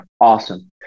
Awesome